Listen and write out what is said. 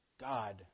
God